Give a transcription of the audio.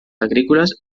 agrícoles